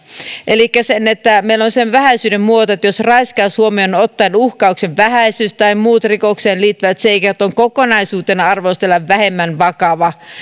elikkä meillä on se vähäisyyden muoto että jos raiskaus huomioon ottaen uhkauksen vähäisyys tai muut rikokseen liittyvät seikat on kokonaisuutena arvostellen vähemmän vakava